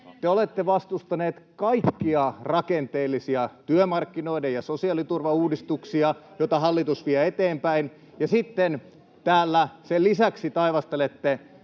Te olette vastustaneet kaikkia rakenteellisia työmarkkinoiden- ja sosiaaliturvan uudistuksia, [Aki Lindénin välihuuto] joita hallitus vie eteenpäin, ja sitten täällä sen lisäksi taivastelette